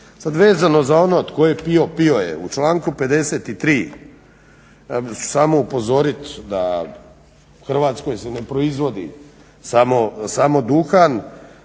Sad vezano za ono tko je pio, pio je. U članku 53. ja ću samo upozorit da u Hrvatskoj se ne proizvodi samo duhan,